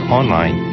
online